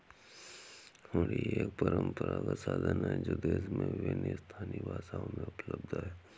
हुंडी एक परक्राम्य साधन है जो देश में विभिन्न स्थानीय भाषाओं में उपलब्ध हैं